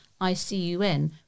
ICUN